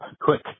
Quick